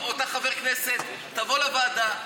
תבוא לוועדה,